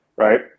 Right